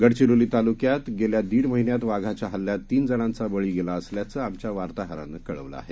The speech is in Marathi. गडचिरोलीतालुक्यातगेल्यादीडमहिन्यातवाघाच्याहल्ल्याततीनजणांचाबळीगेलाअसल्याचंआमच्यावार्ताहरानंकळवलंआहे